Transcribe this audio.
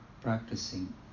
practicing